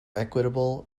equitable